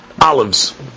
olives